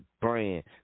brand